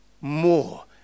More